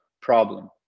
problem